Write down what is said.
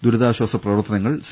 ദുരിതാശ്ചാസ പ്രവർത്തന ങ്ങൾ സി